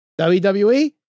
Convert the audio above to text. WWE